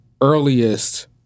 earliest